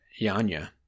Yanya